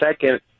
second